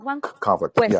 conflict